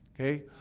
Okay